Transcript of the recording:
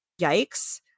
Yikes